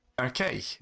Okay